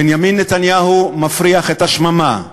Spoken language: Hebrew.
בנימין נתניהו מפריח את השממה.